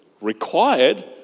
required